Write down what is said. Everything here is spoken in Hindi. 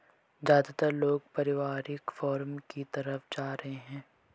ज्यादातर लोग पारिवारिक फॉर्म की तरफ जा रहै है